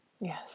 yes